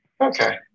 Okay